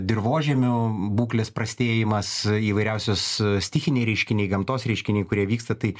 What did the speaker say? dirvožemio būklės prastėjimas įvairiausios stichiniai reiškiniai gamtos reiškiniai kurie vyksta tai